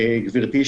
גברתי,